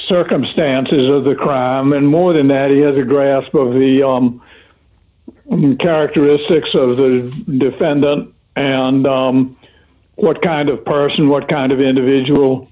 circumstances of the crime and more than that he has a grasp of the characteristics of the defendant and what kind of person what kind of individual